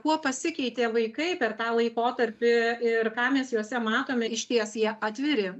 kuo pasikeitė vaikai per tą laikotarpį ir ką mes juose matome išties jie atviri